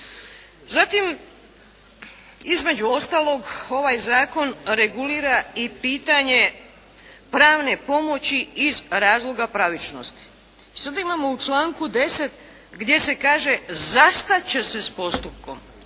Zatim između ostalog ovaj zakon regulira i pitanje pravne pomoći iz razloga pravičnosti. Sada imamo u članku 10. gdje se kaže zastat će se s postupkom.